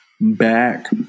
back